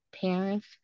parents